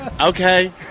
Okay